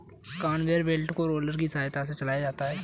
conveyor belt को roller की सहायता से चलाया जाता है